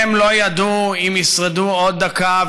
הם לא ידעו אם ישרדו עוד דקה,